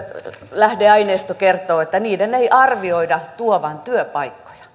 lähdeaineisto kertoo että niiden ei arvioida tuovan työpaikkoja